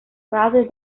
rather